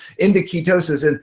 into ketosis. and